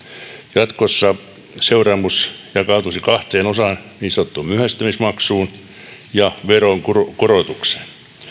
jatkossa seuraamus jakautuisi kahteen osaan niin sanottuun myöhästymismaksuun ja veronkorotukseen